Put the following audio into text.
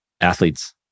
athletes